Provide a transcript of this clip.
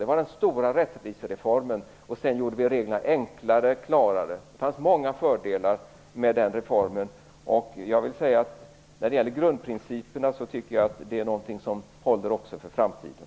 Det var den stora rättvisereformen. Sedan gjorde vi reglerna enklare och klarare. Det fanns många fördelar med den reformen, och grundprinciperna håller också för framtiden.